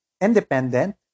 independent